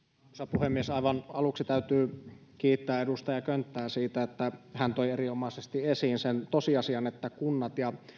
puhemies aivan aluksi täytyy kiittää edustaja könttää siitä että hän toi erinomaisesti esiin sen tosiasian että kunnat ja